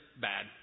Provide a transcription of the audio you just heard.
bad